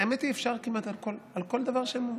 האמת היא, אפשר כמעט על כל דבר שהוא,